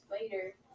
later